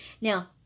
Now